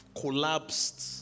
collapsed